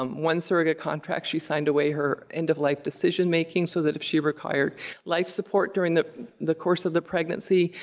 um one surrogate contract, she signed away her end-of-life decision making, so that if she required life support during the the course of the pregnancy,